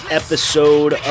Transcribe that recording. episode